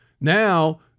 Now